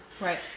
right